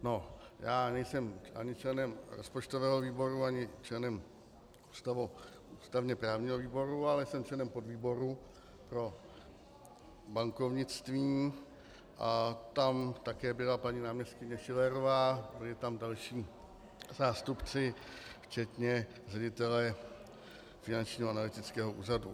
No, já nejsem ani členem rozpočtového výboru ani členem ústavněprávního výboru, ale jsem členem podvýboru pro bankovnictví a tam také byla paní náměstkyně Schillerová, byli tam další zástupci, včetně ředitele Finančního analytického úřadu.